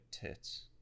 tits